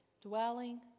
Dwelling